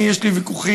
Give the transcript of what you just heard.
יש לי ויכוחים,